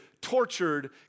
tortured